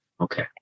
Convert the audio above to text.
okay